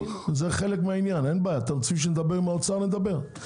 אם אתם רוצים שנדבר עם האוצר, נדבר.